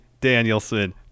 Danielson